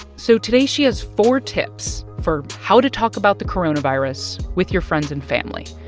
so today, she has four tips for how to talk about the coronavirus with your friends and family.